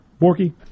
Borky